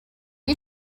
you